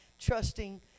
Trusting